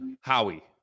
Howie